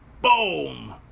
Boom